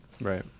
Right